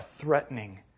threatening